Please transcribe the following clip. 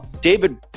David